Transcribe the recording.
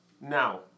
Now